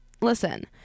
Listen